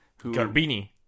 Garbini